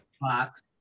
box